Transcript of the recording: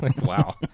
Wow